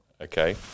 Okay